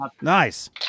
Nice